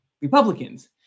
Republicans